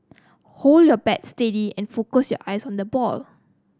hold your bat steady and focus your eyes on the ball